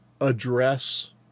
address